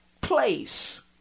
place